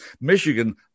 Michigan